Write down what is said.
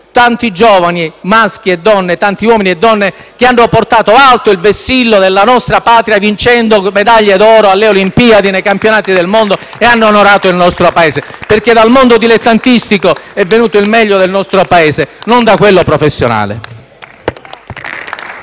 tanti giovani, uomini e donne, che hanno portato alto il vessillo della nostra Patria, vincendo medaglie d'oro alle Olimpiadi e ai campionati del mondo, onorando il nostro Paese. Infatti, è dal mondo dilettantistico che è venuto il meglio del nostro Paese, non da quello professionale.